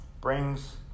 Brings